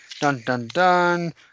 dun-dun-dun